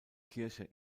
kirche